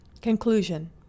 Conclusion